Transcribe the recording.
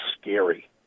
scary